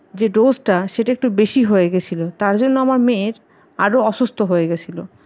যে ডোজটা সেটা একটু বেশি হয়ে গেছিল তার জন্য আমার মেয়ের আরো অসুস্থ হয়ে গেছিল